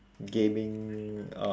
gaming uh